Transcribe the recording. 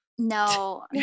No